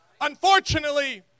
Unfortunately